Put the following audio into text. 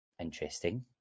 Interesting